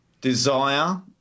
desire